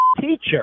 teacher